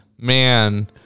Man